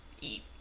eat